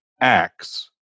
acts